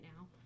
now